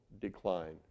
decline